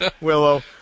Willow